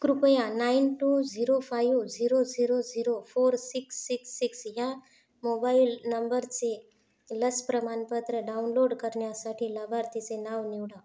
कृपया nine two zero five zero zero zero four six six six ह्या mobile नंबरचे लस प्रमाणपत्र डाउनलोड करण्यासाठी लाभार्थीचे नाव निवडा